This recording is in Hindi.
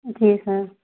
जी सर